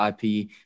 IP